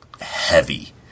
heavy